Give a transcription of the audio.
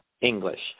English